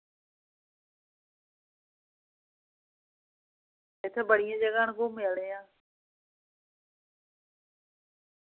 इत्थै बड़ियां जगह न घुम्मने आह्लियां